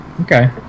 Okay